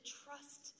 trust